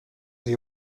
the